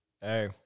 Hey